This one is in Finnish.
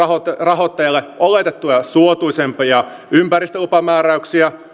rahoittajalle oletettuja suotuisampia ympäristölupamääräyksiä